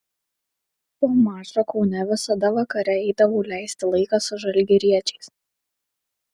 po mačo kaune visada vakare eidavau leisti laiką su žalgiriečiais